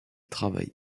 travaille